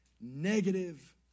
negative